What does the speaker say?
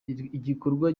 igikorwa